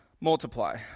multiply